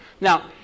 Now